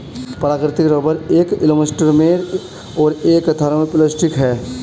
प्राकृतिक रबर एक इलास्टोमेर और एक थर्मोप्लास्टिक है